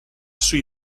sui